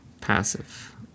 Passive